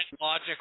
logic